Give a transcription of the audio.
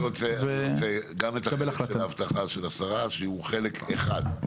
גם את ההבטחה של השרה שהוא חלק אחד.